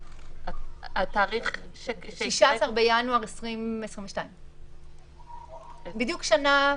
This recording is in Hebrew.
16 בינואר 2022. בדיוק שנה.